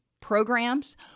programs